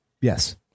Yes